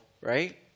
right